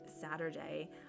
Saturday